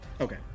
Okay